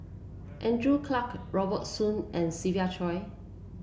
Andrew Clarke Robert Soon and Siva Choy